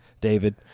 David